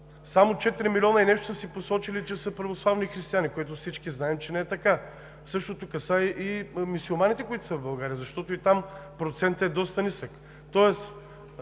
Само четири милиона и нещо са посочили, че са православни християни, за което всички знаем, че не е така. Същото касае и мюсюлманите, които са в България, защото и там процентът е доста нисък.